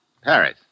Paris